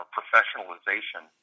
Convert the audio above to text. professionalization